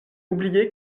oublié